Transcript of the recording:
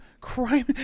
crime